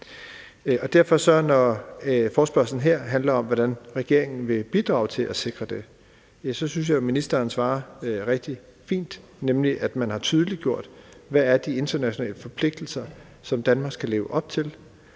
her handler om, hvordan regeringen vil bidrage til at sikre det, synes jeg jo derfor, at ministeren svarer rigtig fint, nemlig at man har tydeliggjort, hvad der er de internationale forpligtelser, som Danmark skal leve op til,